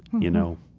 you know,